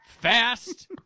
fast